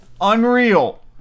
unreal